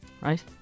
right